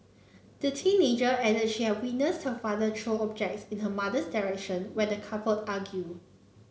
the teenager added she witnessed her father throw objects in her mother's direction when the couple argued